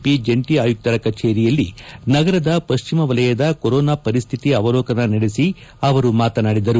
P ಜಂಟಿ ಅಯುಕ್ತರ ಕಭೇರಿಯಲ್ಲಿ ನಗರದ ಪಶ್ಚಿಮ ವಲಯದ ಕೋರೋನಾ ಪರಿಸ್ಥಿತಿ ಆವಲೋಕನ ನಡೆಸಿ ಅವರು ಮಾತನಾಡಿದರು